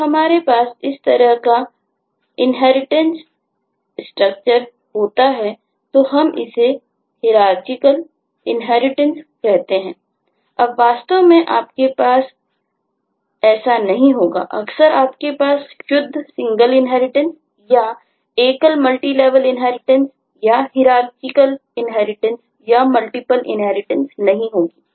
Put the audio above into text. अब वास्तव में आपके पास नहीं होगा अक्सर आपके पास शुद्ध सिंगल इन्हेरिटेंस नहीं होगी